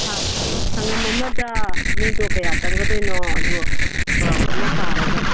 ꯑꯥ ꯁꯪꯒꯝ ꯑꯃꯗ ꯃꯤꯗꯣ ꯀꯌꯥ ꯆꯪꯒꯗꯣꯏꯅꯣ ꯑꯗꯨ ꯆꯥꯎꯔꯥꯛꯄ ꯑꯃ ꯄꯥꯔꯒ